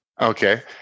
okay